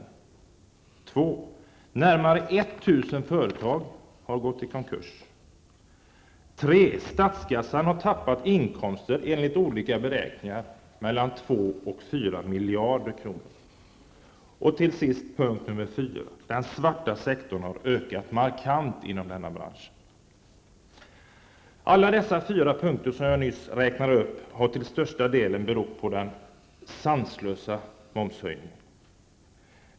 För det andra har närmare 1 000 företag gått i konkurs. För det tredje har statskassan tappat inkomster på mellan 2 och 4 miljarder kronor enligt olika beräkningar. För det fjärde har den svarta sektorn ökat markant inom denna bransch. De fyra punkter som jag nu räknade upp beror till största delen på den sanslösa momshöjningen.